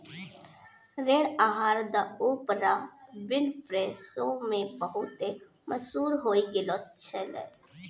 ऋण आहार the Oprah Winfrey show मे बहुते मशहूर होय गैलो छलै